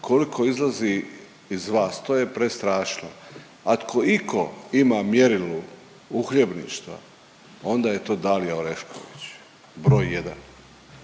koliko izlazi iz vas to je prestrašno! Ako itko ima mjerilo uhljebništva onda je to Dalija Orešković broj jedan,